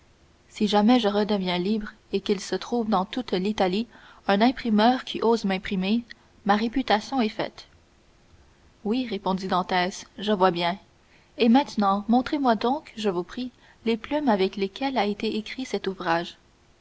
si jamais je redeviens libre et qu'il se trouve dans toute l'italie un imprimeur qui ose m'imprimer ma réputation est faite oui répondit dantès je vois bien et maintenant montrez-moi donc je vous prie les plumes avec lesquelles a été écrit cet ouvrage